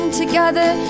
together